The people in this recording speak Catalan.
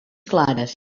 clares